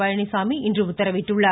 பழனிசாமி இன்று உத்தரவிட்டுள்ளார்